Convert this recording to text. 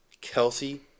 Kelsey